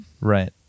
Right